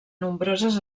nombroses